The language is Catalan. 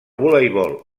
voleibol